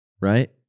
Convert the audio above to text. Right